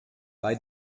bei